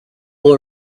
will